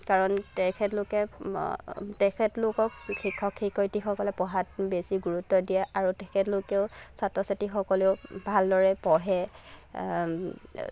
কাৰণ তেখেতলোকে তেখেতলোকক শিক্ষক শিক্ষয়িত্ৰীসকলে পঢ়াত বেছি গুৰুত্ব দিয়া আৰু তেখেতলোকেও ছাত্ৰ ছাত্ৰীসকলেও ভালদৰে পঢ়ে